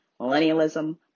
Millennialism